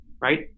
right